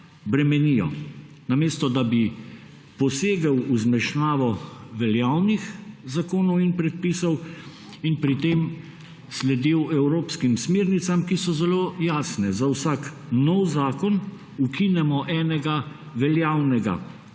bremenijo? Namesto da bi posegel v zmešnjavo veljavnih zakonov in predpisov in pri tem sledil evropskim smernicam, ki so zelo jasne, za vsak nov zakon ukinemo enega veljavnega,